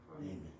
Amen